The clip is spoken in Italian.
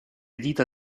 dita